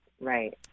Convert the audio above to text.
right